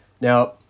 Now